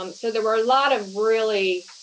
um so there were a lot of really